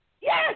yes